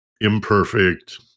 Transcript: imperfect